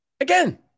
Again